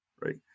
Right